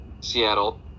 Seattle